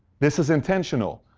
this is intentional.